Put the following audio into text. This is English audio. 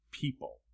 people